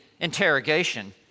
interrogation